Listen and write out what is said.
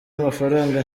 amafaranga